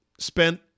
spent